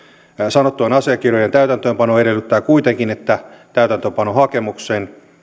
sanottujen asiakirjojen täytäntöönpano edellyttää kuitenkin että täytäntöönpanohakemukseen